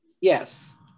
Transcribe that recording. Yes